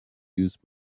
goose